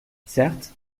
certes